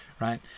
right